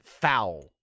foul